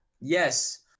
Yes